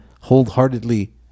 wholeheartedly